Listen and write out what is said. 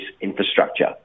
infrastructure